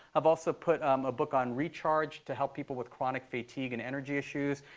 i've also put a book on recharge to help people with chronic fatigue and energy issues.